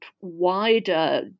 wider